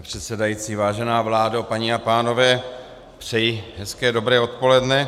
Pane předsedající, vážená vládo, paní a pánové, přeji hezké dobré odpoledne.